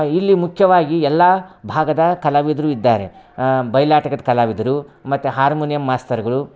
ಇಲ್ಲಿ ಮುಖ್ಯವಾಗಿ ಎಲ್ಲ ಭಾಗದ ಕಲಾವಿದರು ಇದ್ದಾರೆ ಬೈಲಾಟದ್ ಕಲಾವಿದರು ಮತ್ತು ಹಾರ್ಮೋನಿಯಮ್ ಮಾಸ್ತರ್ಗಳು